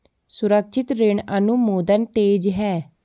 सुरक्षित ऋण अनुमोदन तेज है